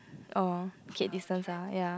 oh keep a distance ah ya